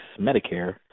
Medicare